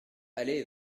allait